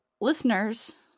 listeners